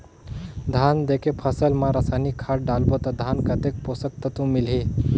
धान देंके फसल मा रसायनिक खाद डालबो ता धान कतेक पोषक तत्व मिलही?